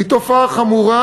היא תופעה חמורה,